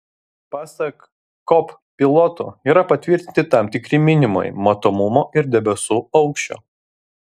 pasak kop pilotų yra patvirtinti tam tikri minimumai matomumo ir debesų aukščio